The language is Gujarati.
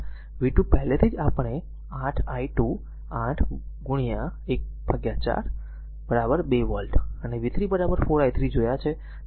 V 2 પહેલેથી જ આપણે 8 i2 8 14 2 વોલ્ટ અને v 3 4 i3 જોયા છે